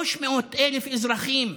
300,000 אזרחים.